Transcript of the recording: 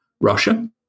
Russia